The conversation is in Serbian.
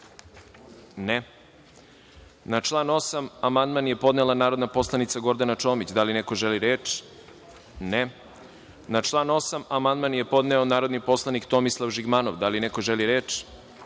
(Ne)Na član 8. amandman je podnela narodna poslanica Gordana Čomić. Da li neko želi reč? (Ne)Na član 8. amandman je podneo narodni poslanik Tomislav Žigmanov. Da li neko želi reč?